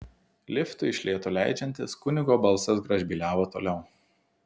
liftui iš lėto leidžiantis kunigo balsas gražbyliavo toliau